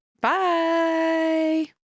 bye